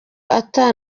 ata